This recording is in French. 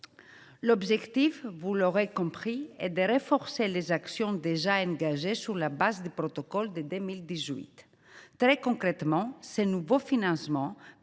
L’objectif, vous l’aurez compris, est de renforcer les actions déjà engagées sur la base du protocole de 2018. Très concrètement, ces nouveaux financements